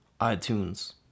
iTunes